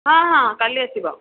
ହଁ ହଁ କାଲି ଆସିବ